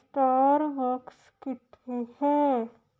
Starbucks ਕਿੱਥੇ ਹੈ